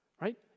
Right